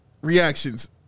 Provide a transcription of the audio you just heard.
Reactions